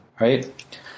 right